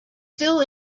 still